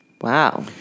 Wow